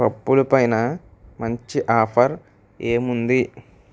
పప్పులు పైన మంచి ఆఫర్ ఏముంది